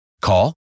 Call